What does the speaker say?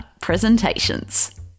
presentations